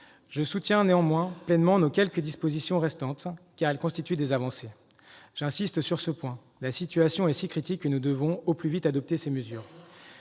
je soutiens pleinement les quelques dispositions qui restent, car elles constituent des avancées. J'insiste sur ce point : la situation est si critique que nous devons adopter ces mesures